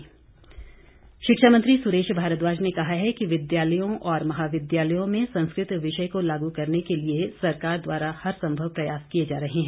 सुरेश भारद्वाज शिक्षा मंत्री सुरेश भारद्वाज ने कहा है कि विद्यालयों और महाविद्यालयों में संस्कृत विषय को लागू करने के लिए सरकार द्वारा हर संभव प्रयास किए जा रहे हैं